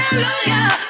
Hallelujah